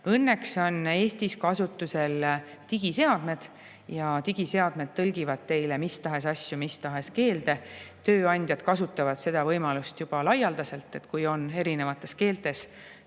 Õnneks on Eestis kasutusel digiseadmed ja need tõlgivad teile mis tahes asju mis tahes keelde. Tööandjad kasutavad seda võimalust juba laialdaselt. Kui on erinevaid keeli